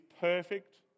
perfect